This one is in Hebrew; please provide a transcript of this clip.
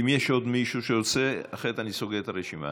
אם יש עוד מישהו שרוצה, אחרת אני סוגר את הרשימה.